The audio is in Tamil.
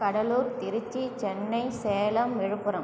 கடலூர் திருச்சி சென்னை சேலம் விழுப்புரம்